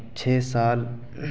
چھ سال